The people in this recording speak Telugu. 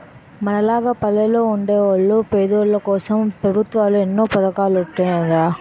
మనలాగ పల్లెల్లో వుండే పేదోల్లకోసం పెబుత్వం ఎన్నో పదకాలెట్టీందిరా